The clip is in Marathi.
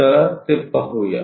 चला ते पाहूया